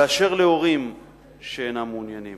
באשר להורים שאינם מעוניינים,